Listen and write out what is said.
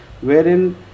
wherein